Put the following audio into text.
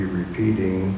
repeating